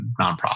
nonprofit